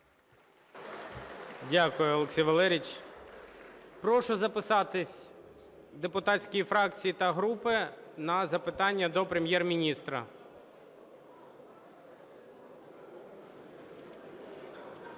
Дякую, Олексій Валерійович. Прошу записатись депутатські фракції та групи на запитання до Прем'єр-міністра.